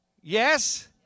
Yes